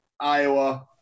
Iowa